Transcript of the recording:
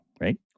right